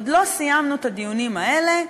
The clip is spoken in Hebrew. עוד לא סיימנו את הדיונים האלה,